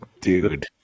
Dude